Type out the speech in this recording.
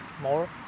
more